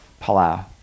Palau